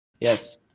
Yes